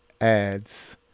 ads